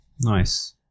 Nice